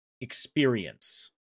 experience